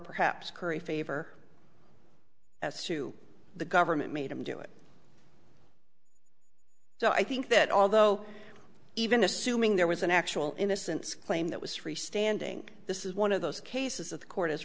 perhaps curry favor as to the government made him do it so i think that although even assuming there was an actual innocence claim that was free standing this is one of those cases of the court